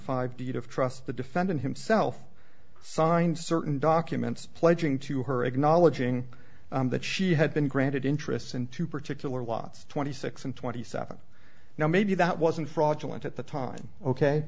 five deed of trust the defendant himself signed certain documents pledging to her acknowledging that she had been granted interests in two particular lots twenty six and twenty seven now maybe that wasn't fraudulent at the time ok